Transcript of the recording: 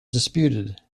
disputed